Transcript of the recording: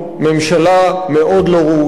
ממשלה מאוד ראויה,